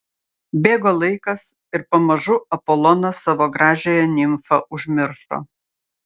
bėgo laikas ir pamažu apolonas savo gražiąją nimfą užmiršo